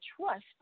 trust